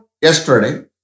yesterday